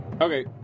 Okay